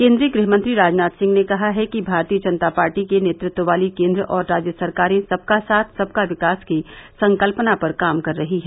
केन्द्रीय गृहमंत्री राजनाथ सिंह ने कहा है कि भारतीय जनता पार्टी के नेतृत्व वाली केन्द्र और राज्य सरकारे सबका साथ सबका विकास की संकल्पना पर काम कर रही है